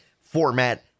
format